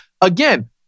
again